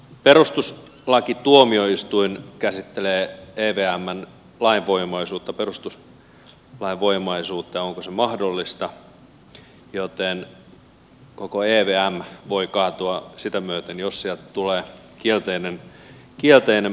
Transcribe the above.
saksan perustuslakituomioistuin käsittelee evmn perustuslainvoimaisuutta ja sitä onko se mahdollista joten koko evm voi kaatua sitä myöten jos sieltä tulee kielteinen päätös